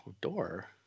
door